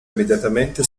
immediatamente